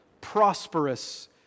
prosperous